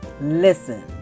Listen